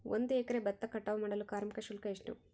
ಒಂದು ಎಕರೆ ಭತ್ತ ಕಟಾವ್ ಮಾಡಲು ಕಾರ್ಮಿಕ ಶುಲ್ಕ ಎಷ್ಟು?